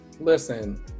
Listen